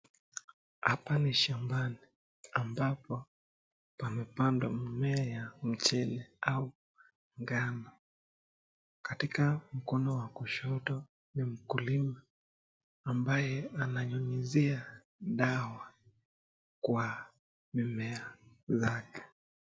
Hapa ni shambani, ambapo pamepandwa mimea mchele au ngano. Katika mkono wa kushoto ni mkulima, ambaye ananyunyuzia dawa kwa mimea zake.